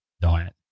diet